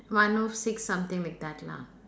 one O six something like that lah